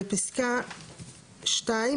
בפסקה (2),